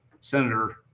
senator